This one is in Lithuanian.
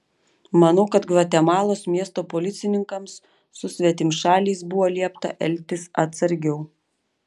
manau kad gvatemalos miesto policininkams su svetimšaliais buvo liepta elgtis atsargiau